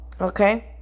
Okay